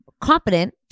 competent